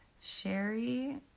Sherry